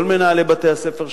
כל מנהלי בתי-הספר,